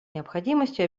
необходимостью